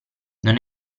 non